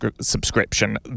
subscription